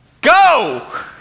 Go